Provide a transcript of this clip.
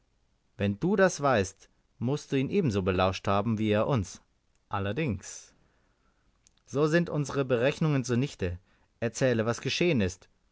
wenn du das weißt mußt du ihn ebenso belauscht haben wie er uns allerdings so sind unsere berechnungen zunichte erzähle was geschehen ist